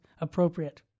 appropriate